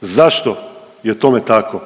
Zašto je tome tako?